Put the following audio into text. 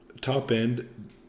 top-end